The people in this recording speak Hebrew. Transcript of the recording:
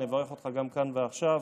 אני אברך אותך גם כאן ועכשיו.